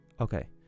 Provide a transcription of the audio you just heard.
Okay